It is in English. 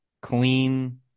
clean